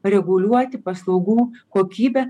reguliuoti paslaugų kokybę